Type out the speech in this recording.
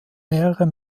mehrere